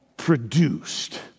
produced